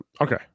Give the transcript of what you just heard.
Okay